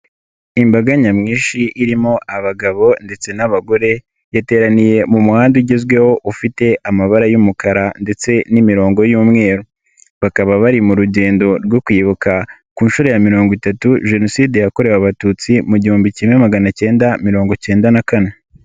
Imbaga nyamwinshi irimo abagabo ndetse n'abagore yateraniye mu muhanda ugezweho ufite amabara y'umukara ndetse n'imirongo y'umweru, bakaba bari mu rugendo rwo kwibuka ku nshuro ya mirongo itatu Jenoside yakorewe Abatutsi mu gihumbi kimwe magana cyenda mirongo icyenda na kane.